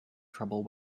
trouble